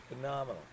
phenomenal